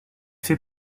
fait